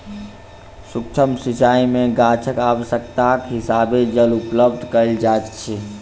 सुक्ष्म सिचाई में गाछक आवश्यकताक हिसाबें जल उपलब्ध कयल जाइत अछि